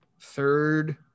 third